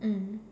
mm